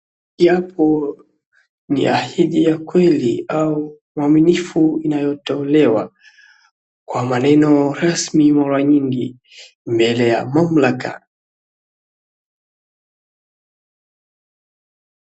Japo ni ahidi ya kweli au uaminifu inayotolewa kwa maneno rasmi mara nyingi mbele ya mamlaka.